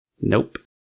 nope